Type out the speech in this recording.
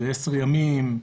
עשרה ימים,